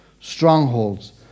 strongholds